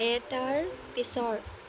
এটাৰ পিছৰ